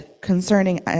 concerning